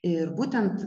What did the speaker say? ir būtent